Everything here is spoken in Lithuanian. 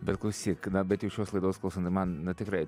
bet klausyk na bet jau šios laidos klausan man tikrai